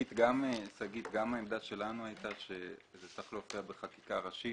גם העמדה שלנו הייתה שזה צריך להופיע בחקיקה ראשית.